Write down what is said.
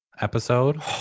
episode